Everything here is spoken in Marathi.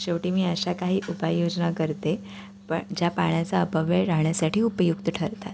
शेवटी मी अशा काही उपाययोजना करते प ज्या पाण्याचा अपव्यय टाळण्यासाठी उपयुक्त ठरतात